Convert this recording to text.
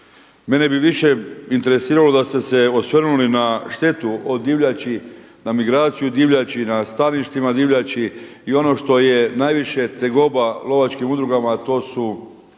Mene bi više interesiralo da ste se osvrnuli na štetu o divljači, na migraciju divljači, na staništima divljači i ono što je najviše tegoba lovačkim udrugama a to su